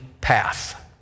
path